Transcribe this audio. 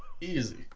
Easy